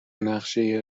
نقشه